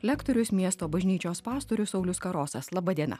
lektorius miesto bažnyčios pastorius saulius karosas laba diena